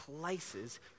places